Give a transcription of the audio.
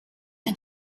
ein